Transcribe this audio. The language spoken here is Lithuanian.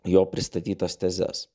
jo pristatytas tezes